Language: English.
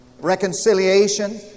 reconciliation